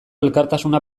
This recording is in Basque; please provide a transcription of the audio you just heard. elkartasuna